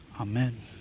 amen